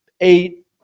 eight